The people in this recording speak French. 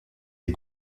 des